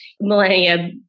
millennia